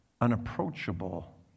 Unapproachable